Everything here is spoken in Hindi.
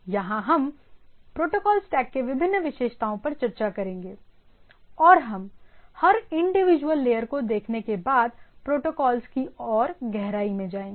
यहां हम प्रोटोकॉल स्टैक के विभिन्न विशेषताओं पर चर्चा करेंगे और हम हर इंडिविजुअल लेयर को देखने के बाद प्रोटोकॉल्स की और गहराई में जाएंगे